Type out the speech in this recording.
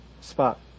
spot